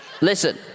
Listen